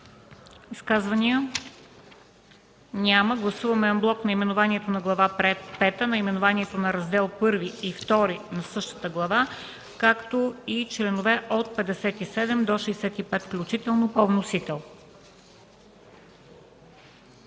Изказвания? Няма. Гласуваме анблок наименованието на Глава пета, наименованието на Раздели І и ІІ на същата глава, както и членове от 57 до 65 включително, по вносител.